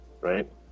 right